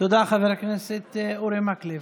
תודה, חבר הכנסת אורי מקלב.